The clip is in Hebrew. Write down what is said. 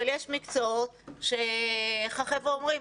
אבל יש מקצועות, שאיך החבר'ה אומרים?